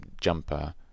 jumper